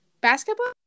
Basketball